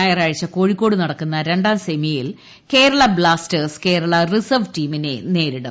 ഞായറാഴ്ച കോഴിക്കോട്ട് നടക്കുന്ന രണ്ടാം സെമിയിൽ കേരള ബ്ലാസ്റ്റേഴ്സ് കേരള റിസർവ്വ് ടീമിനെ നേരിടും